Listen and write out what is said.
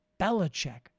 Belichick